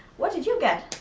what did you get,